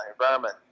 environment